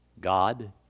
God